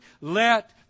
let